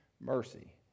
mercy